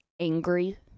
angry